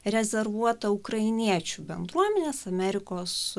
rezervuota ukrainiečių bendruomenės amerikos